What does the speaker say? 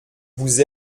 vous